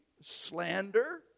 slander